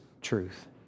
truth